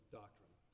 doctrine